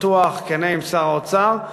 פתוח וכן עם שר האוצר,